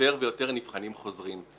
יותר ויותר נבחנים חוזרים.